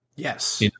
Yes